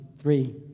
three